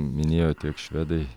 minėjo tiek švedai